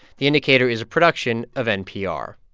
the indicator is a production of npr